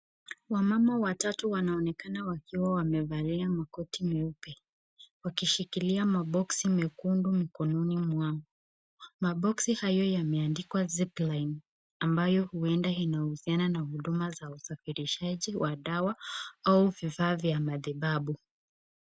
Wamama watatu wanaonekana wakiwa wamevalia makoti meupe wakishikilia maboksi mekundu mikononi mwao. Maboksi hayo yameandikwa ZIPLINE ambayo huenda inahusiana na huduma za usafirishaji wa dawa au vifaa vya matibabu.